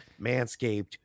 Manscaped